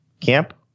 camp